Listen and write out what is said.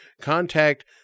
contact